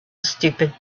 stupid